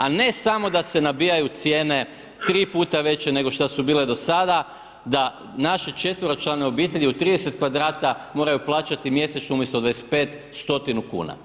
A ne samo da se nabijaju cijene 3. puta veće nego što su bile do sada da naše 4-člane obitelji u 30 kvadrata moraju plaćati mjesečno umjesto 25, stotinu kuna.